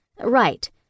Right